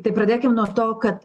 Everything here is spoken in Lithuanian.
tai pradėkim nuo to kad